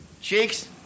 Cheeks